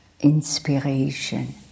inspiration